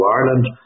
Ireland